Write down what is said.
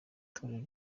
torero